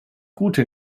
gute